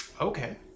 Okay